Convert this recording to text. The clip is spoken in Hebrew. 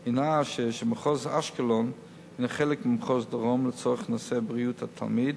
היא שמחוז אשקלון יהיה חלק ממחוז דרום לצורך נושא בריאות התלמיד.